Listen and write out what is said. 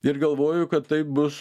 ir galvoju kad taip bus